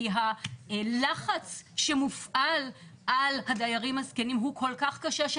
כי הלחץ שמופעל על הדיירים הזקנים הוא כל כך קשה,